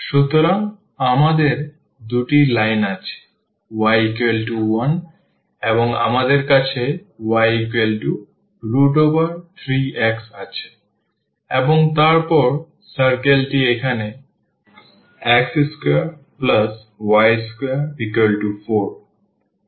সুতরাং আমাদের দুটি লাইন আছে y1 এবং আমাদের কাছে y3x আছে এবং তারপর circle টি এখানে x2y24